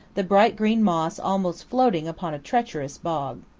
the bright green moss almost floating upon a treacherous bog.